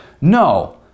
no